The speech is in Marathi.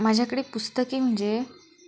माझ्याकडे पुस्तके म्हणजे